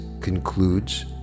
concludes